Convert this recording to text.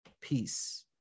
peace